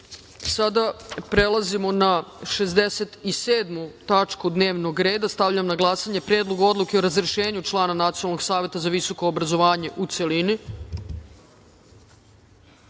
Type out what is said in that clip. odluke. Prelazimo na 67. tačku dnevnog reda. Stavljam na glasanje Predlog odluke o razrešenju člana Nacionalnog saveta za visoko obrazovanje u